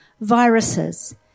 viruses